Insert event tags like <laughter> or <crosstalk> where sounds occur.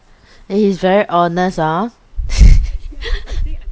eh he's very honest hor <laughs>